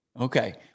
Okay